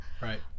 Right